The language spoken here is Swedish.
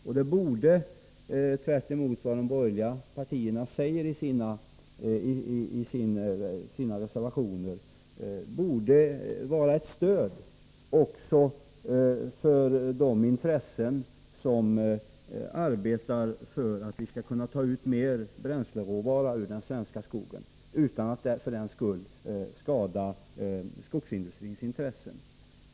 Det borde, tvärtemot vad de borgerliga partierna säger i sina reservationer, vara ett stöd också för de intressen som arbetar för att vi skall kunna ta ut mer bränsleråvara ur den svenska skogen utan att för den skull skada skogsindustrin.